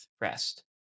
rest